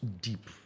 deep